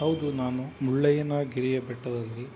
ಹೌದು ನಾನು ಮುಳ್ಳಯ್ಯನ ಗಿರಿಯ ಬೆಟ್ಟದಲ್ಲಿ